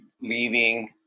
leaving